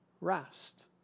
rest